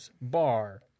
bar